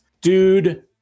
Dude